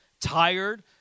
tired